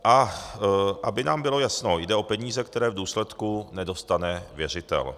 A aby nám bylo jasno, jde o peníze, které v důsledku nedostane věřitel.